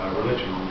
religion